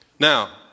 Now